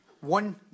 One